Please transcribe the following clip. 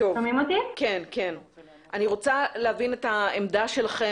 ממשרד המשפטים אני רוצה להבין את העמדה שלכם